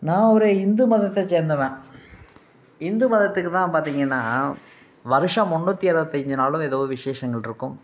நான் ஒரு இந்து மதத்தை சேர்ந்தவன் இந்து மதத்துக்கு தான் பார்த்தீங்கன்னா வருஷம் முன்னூற்றி அறுபத்தஞ்சி நாளும் ஏதோ விசேஷங்கள்ருக்கும்